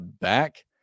back